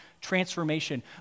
transformation